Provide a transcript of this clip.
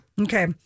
Okay